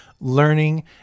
learning